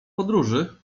podróży